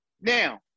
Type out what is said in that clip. Now